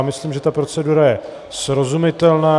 Myslím, že procedura je srozumitelná.